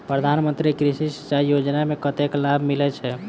प्रधान मंत्री कृषि सिंचाई योजना मे कतेक लाभ मिलय छै?